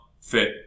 fit